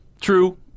True